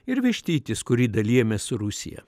ir vištytis kurį dalijamės su rusija